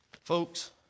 Folks